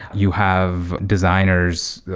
you have designers,